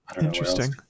interesting